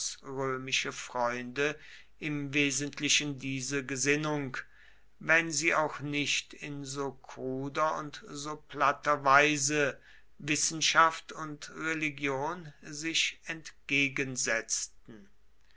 freunde im wesentlichen diese gesinnung wenn sie auch nicht in so kruder und so platter weise wissenschaft und religion sich entgegensetzten